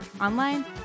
online